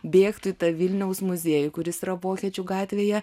bėgtų į tą vilniaus muziejų kuris yra vokiečių gatvėje